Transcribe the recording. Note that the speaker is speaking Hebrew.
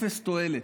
אפס תועלת.